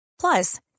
Plus